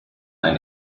ein